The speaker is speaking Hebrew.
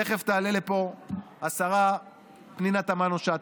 תכף תעלה לפה השרה פנינה תמנו שטה.